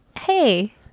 Hey